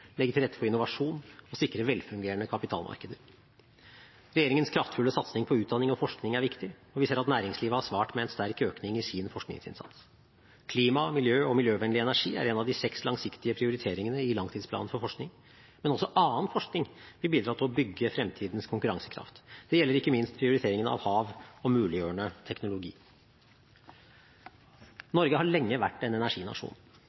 legge til rette for innovasjon og sikre velfungerende kapitalmarkeder. Regjeringens kraftfulle satsning på utdanning og forskning er viktig, og vi ser at næringslivet har svart med en sterk økning i sin forskningsinnsats. Klima, miljø og miljøvennlig energi er en av de seks langsiktige prioriteringene i langtidsplanen for forskning. Men også annen forskning vil bidra til å bygge fremtidens konkurransekraft. Det gjelder ikke minst prioriteringene av hav og muliggjørende teknologi. Norge har lenge vært en energinasjon